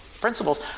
principles